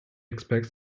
expects